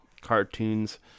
cartoons